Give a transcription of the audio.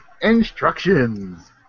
Instructions